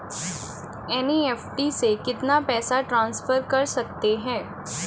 NEFT से कितना पैसा ट्रांसफर कर सकते हैं?